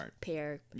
pair